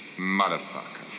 motherfucker